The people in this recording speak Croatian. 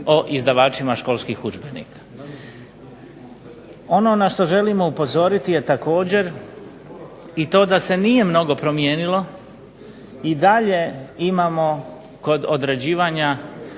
o izdavačima školskih udžbenika. Ono na što želimo upozoriti je također i to da se nije mnogo promijenilo. I dalje imamo kod određivanja